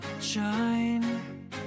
shine